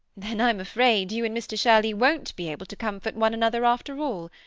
then i'm afraid you and mr shirley wont be able to comfort one another after all.